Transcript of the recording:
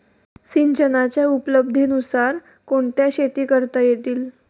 सिंचनाच्या उपलब्धतेनुसार कोणत्या शेती करता येतील?